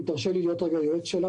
אם תרשה לי להיות היועץ שלה,